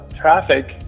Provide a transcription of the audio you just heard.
traffic